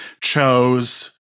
chose